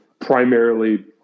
primarily